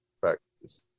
practice